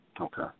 Okay